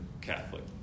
Catholic